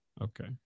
Okay